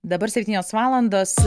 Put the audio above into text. dabar septynios valandos